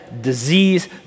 disease